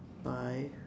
five